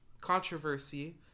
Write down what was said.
controversy